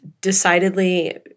decidedly